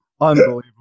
Unbelievable